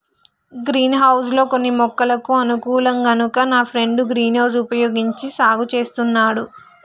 green house లో కొన్ని మొక్కలకు అనుకూలం కనుక నా ఫ్రెండు గ్రీన్ హౌస్ వుపయోగించి సాగు చేస్తున్నాడు